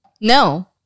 No